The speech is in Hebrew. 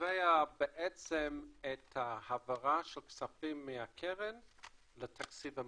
קובע את ההעברה של הכספים מקרן לתקציב המדינה.